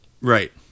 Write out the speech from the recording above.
Right